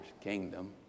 kingdom